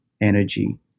energy